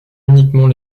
uniquement